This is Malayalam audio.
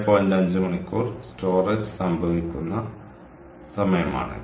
5 മണിക്കൂർ സ്റ്റോറേജ് സംഭവിക്കുന്ന സമയമാണിത്